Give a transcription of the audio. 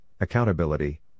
accountability